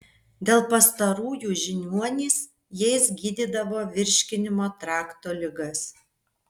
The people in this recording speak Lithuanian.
dėl pastarųjų žiniuonys jais gydydavo virškinimo trakto ligas